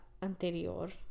anterior